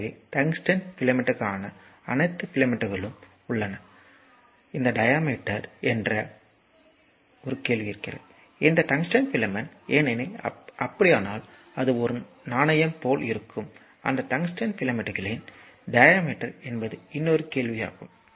எனவே டங்ஸ்டன் பிலமென்ட்களான அனைத்து பிலமென்ட்களும் உள்ளன இதன் டையாமீட்டர் என்ன என்ற கேள்வி இந்த டங்ஸ்டன் பிலமென்ட் ஏனெனில் அப்படியானால் அது ஒரு நாணயம் போல் இருக்கும் இந்த டங்ஸ்டன் பிலமென்ட்களின் டையாமீட்டர் என்பது இன்னொரு கேள்வி ஆகும்